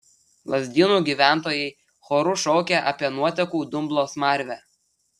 lazdynų gyventojai choru šaukė apie nuotekų dumblo smarvę